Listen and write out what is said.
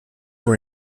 were